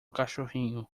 cachorrinho